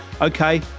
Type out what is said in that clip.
Okay